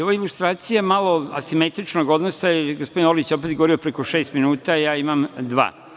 Ovo je ilustracija malo asimetričnog odnosa, gospodin Orlić je opet govorio preko šest minuta, ja imam dva.